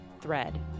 thread